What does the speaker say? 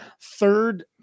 third